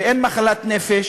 נפש, ואין מחלת נפש,